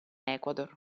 ecuador